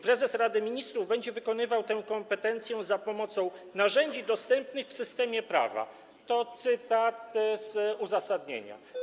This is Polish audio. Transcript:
Prezes Rady Ministrów będzie wykonywał tę kompetencję za pomocą narzędzi dostępnych w systemie prawa - to cytat z uzasadnienia.